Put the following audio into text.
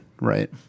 Right